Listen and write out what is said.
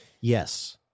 Yes